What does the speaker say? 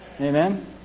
Amen